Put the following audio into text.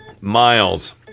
Miles